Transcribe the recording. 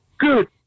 Good